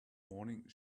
morning